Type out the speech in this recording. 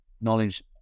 knowledge